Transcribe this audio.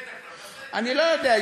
אני לא יודע,